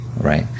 right